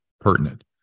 pertinent